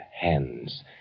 hands